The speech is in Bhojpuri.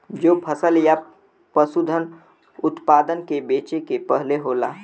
जो फसल या पसूधन उतपादन के बेचे के पहले होला